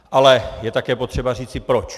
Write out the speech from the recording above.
Ale je také potřeba říci proč.